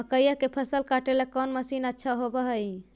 मकइया के फसल काटेला कौन मशीन अच्छा होव हई?